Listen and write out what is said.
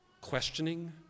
questioning